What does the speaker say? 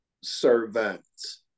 servants